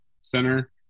center